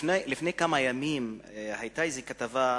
לפני כמה ימים היתה איזו כתבה,